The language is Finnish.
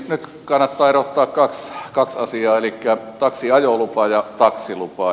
nyt kannattaa erottaa kaksi asiaa elikkä taksiajolupa ja taksilupa